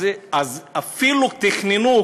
אפילו תכננו,